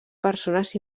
persones